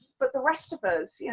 but the rest of us, yeah